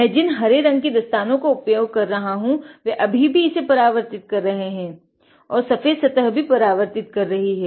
मै जिन हरे रंग के दस्तानो का उपयोग करा हूँ वे अभी भी इसे परावर्तित कर रहे हैं और सफेद सतह भी परावर्तित कर रही है